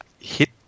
hit